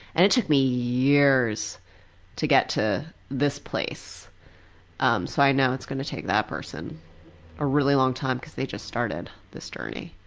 and it took me years to get to this place um so i know it's going to take that person a really long time because they just started this journey.